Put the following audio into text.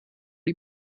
die